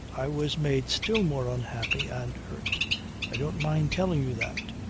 i was made still more unhappy and hurt i don't mind telling you that.